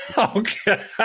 Okay